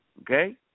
Okay